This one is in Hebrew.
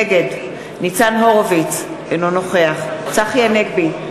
נגד ניצן הורוביץ, אינו נוכח צחי הנגבי,